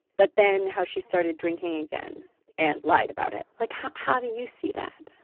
but then how she started drinking again and lied about it like, how how do you see that?